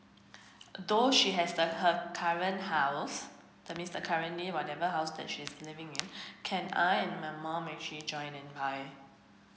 though she has her current house that means currently whatever how's that she's living in can I and my mum actually join and buy